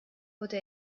wurde